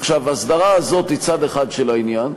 עכשיו, ההסדרה הזאת היא צד אחד של העניין.